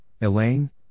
Elaine